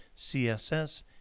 CSS